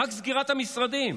רק מסגירת המשרדים,